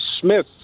Smith